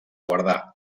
guardar